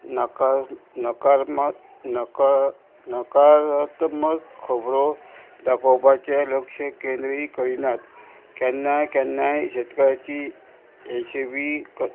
नाका नकारम नका नकारात्मक खोबरो दाखोवपाचें लक्ष केंद्रीय करिनात केन्नाय केन्नाय शेतकाराची एसवी